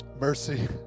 mercy